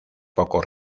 pocos